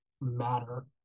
matter